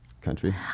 country